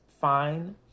fine